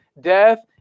death